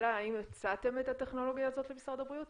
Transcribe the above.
--- הצעתם את זה למשרד הבריאות?